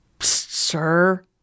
sir